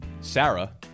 Sarah